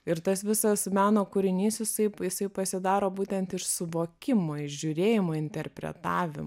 ir tas visas meno kūrinys jisai jisai pasidaro būtent iš suvokimo žiūrėjimo interpretavim